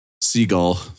Seagull